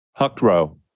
Huckrow